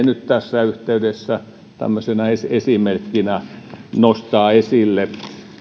nyt tässä yhteydessä tämmöisenä esimerkkinä nostaa esille